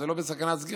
אבל זה לא בסכנת סגירה,